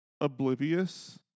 oblivious